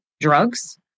drugs